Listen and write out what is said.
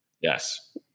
Yes